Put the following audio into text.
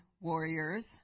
warriors